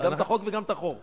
גם את החוק וגם את החור.